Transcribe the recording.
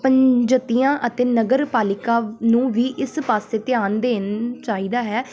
ਪੰਜਤੀਆਂ ਅਤੇ ਨਗਰ ਪਾਲਿਕਾ ਨੂੰ ਵੀ ਇਸ ਪਾਸੇ ਧਿਆਨ ਦੇਣਾ ਚਾਹੀਦਾ ਹੈ